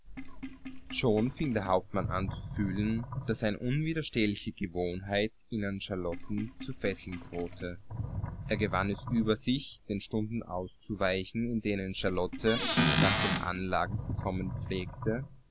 schon fing der hauptmann an zu fühlen daß eine unwiderstehliche gewohnheit ihn an charlotten zu fesseln drohte er gewann es über sich den stunden auszuweichen in denen charlotte nach den anlagen zu kommen pflegte